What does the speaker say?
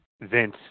Vince